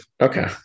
okay